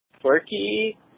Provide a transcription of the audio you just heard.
quirky